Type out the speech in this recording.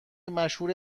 مشهور